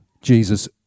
Jesus